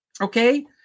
okay